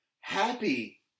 Happy